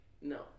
No